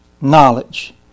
knowledge